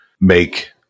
make